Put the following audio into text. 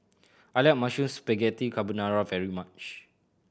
I like Mushroom Spaghetti Carbonara very much